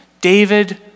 David